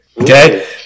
Okay